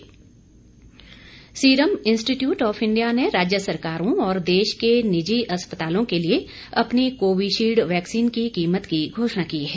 vaccine कीमत serum institute of India ने राज्य सरकारों और देश के निजी अस्पतालों के लिए अपनी कोयिशील्ड यैक्सीन की कीमत की घोषणा की है